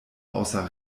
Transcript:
außer